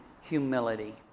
humility